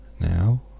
now